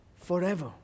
forever